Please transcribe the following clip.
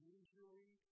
usually